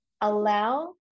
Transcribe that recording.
allow